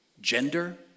gender